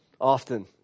Often